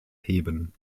heben